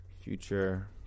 future